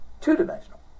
two-dimensional